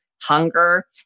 hunger